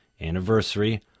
anniversary